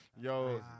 Yo